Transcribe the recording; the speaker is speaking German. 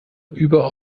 über